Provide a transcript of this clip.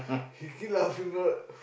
he keep laugh not